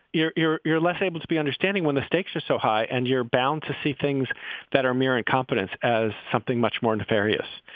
you're you're you're less able to be understanding when the stakes are so high and you're bound to see things that are mere incompetence as something much more nefarious.